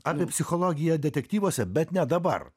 apie psichologiją detektyvuose bet ne dabar